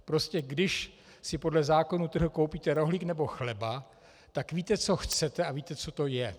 Prostě když si podle zákona trhu koupíte rohlík nebo chleba, tak víte, co chcete, a víte, co to je.